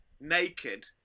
naked